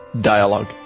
dialogue